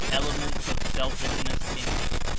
elements of selfishness in it.